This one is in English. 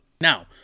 now